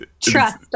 Trust